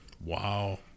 Wow